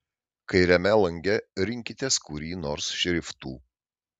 kairiame lange rinkitės kurį nors šriftų